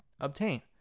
obtain